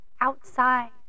outside